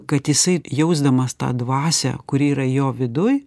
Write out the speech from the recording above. kad jisai jausdamas tą dvasią kuri yra jo viduj